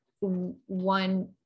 one